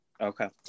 Okay